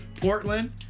Portland